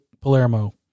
Palermo